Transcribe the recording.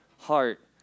heart